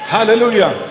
Hallelujah